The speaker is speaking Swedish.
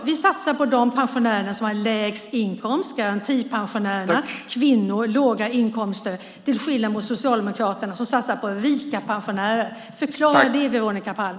Vi satsar på de pensionärer som har lägst inkomst, garantipensionärerna, kvinnor med låga inkomster - detta till skillnad från Socialdemokraterna som satsar på rika pensionärer. Förklara det, Veronica Palm!